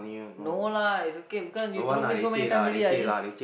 no lah is okay because you drop me so many time already I just